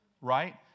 right